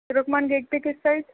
Turkman gate پہ کس side